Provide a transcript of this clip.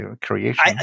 creation